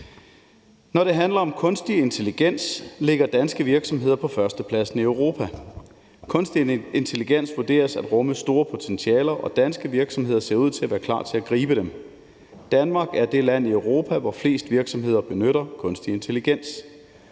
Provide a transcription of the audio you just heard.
Når det handler om kunstig intelligens, ligger danske virksomheder på førstepladsen i Europa. Kunstig intelligens vurderes til at rumme store potentialer, og danske virksomheder ser ud til at være klar til at gribe dem. Danmark er det land i Europa, hvor flest virksomheder benytter kunstig intelligens.